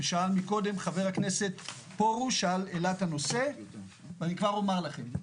ושאל מקודם חבר הכנסת פרוש והעלה את הנושא ואני כבר אומר לכם,